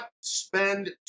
spend